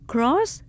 Cross